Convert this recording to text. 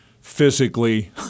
physically